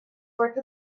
worth